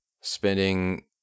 spending